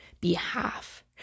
behalf